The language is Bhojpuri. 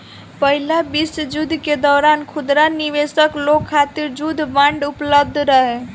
पहिला विश्व युद्ध के दौरान खुदरा निवेशक लोग खातिर युद्ध बांड उपलब्ध रहे